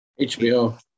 HBO